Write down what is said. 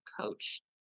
coach